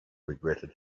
regretted